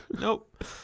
Nope